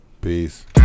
peace